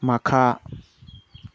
ꯃꯈꯥ